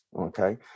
okay